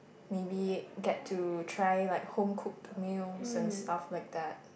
maybe get to try like home cooked meals and stuff like that